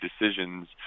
decisions